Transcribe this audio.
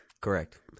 Correct